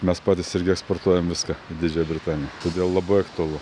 mes patys irgi eksportuojam viską į didžiąją britaniją todėl labai aktualu